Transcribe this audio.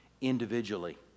individually